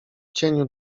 cieniu